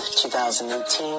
2018